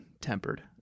tempered